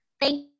thank